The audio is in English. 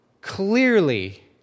clearly